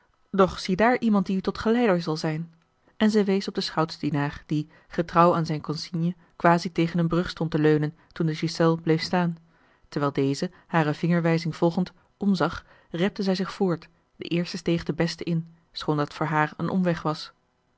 doch ziedaar iemand die u tot geleider zal zijn en zij wees op den schoutsdienaar die getrouw aan zijn consigne quasi tegen een brug stond te leunen toen de ghiselles bleef staan terwijl deze hare vingerwijzing volgend omzag repte zij zich voort de eerste steeg de beste in schoon dat voor haar een omweg was